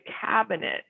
cabinet